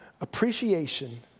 Appreciation